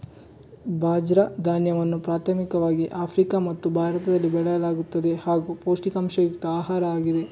ಬಾಜ್ರ ಧಾನ್ಯವನ್ನು ಪ್ರಾಥಮಿಕವಾಗಿ ಆಫ್ರಿಕಾ ಮತ್ತು ಭಾರತದಲ್ಲಿ ಬೆಳೆಯಲಾಗುತ್ತದೆ ಹಾಗೂ ಪೌಷ್ಟಿಕಾಂಶಯುಕ್ತ ಆಹಾರ ಆಗಿವೆ